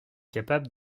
capable